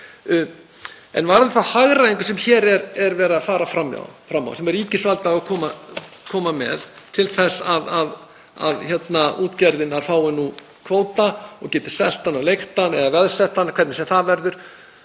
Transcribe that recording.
um þá hagræðingu sem hér er verið að fara fram á, sem ríkisvaldið á að koma með til að útgerðirnar fái nú kvóta og geti selt hann og leigt hann eða veðsett hann, hvernig sem það verður.